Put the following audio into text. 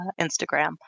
Instagram